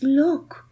look